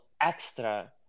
extra